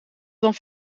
dan